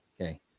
Okay